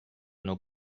nos